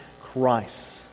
Christ